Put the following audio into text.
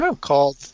called